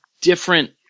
different